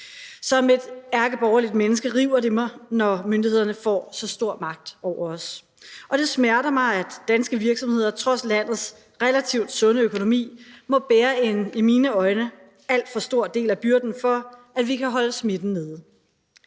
Som et ærkeborgerligt menneske river det i mig, når myndighederne får så stor magt over os, og det smerter mig, at danske virksomheder trods landets relativt sunde økonomi må bære en i mine øjne alt for stor del af byrden for, at vi kan holde smitten nede.